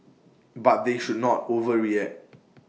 but they should not overreact